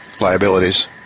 liabilities